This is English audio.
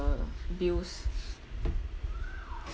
the bills